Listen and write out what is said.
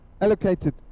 allocated